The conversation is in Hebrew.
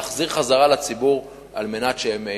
להחזיר חזרה לציבור על מנת שהם ייהנו.